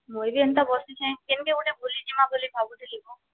ମୁଇଁ ବି ଏନ୍ତା ବସିଛେଁ କେନ୍କେ ଗୁଟେ ବୁଲିଯିମା ବୋଲି ଭାବୁଥିଲି ବୋ